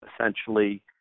essentially